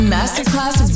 Masterclass